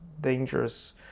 dangerous